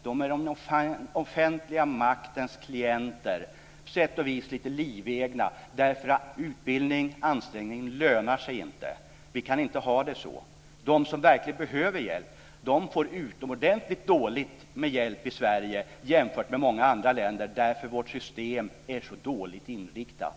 De är den offentliga maktens klienter, på sätt och vis lite livegna, därför att utbildning, ansträngning inte lönar sig. Vi kan inte ha det så. De som verkligen behöver hjälp får utomordentligt dåligt med hjälp i Sverige jämfört med många andra länder, därför att vårt system är så dåligt inriktat.